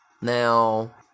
Now